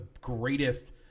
greatest